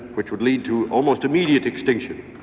which would lead to almost immediate extinction.